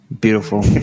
beautiful